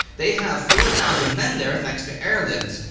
they have four thousand men there thanks to airlifts,